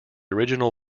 original